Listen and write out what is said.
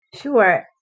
Sure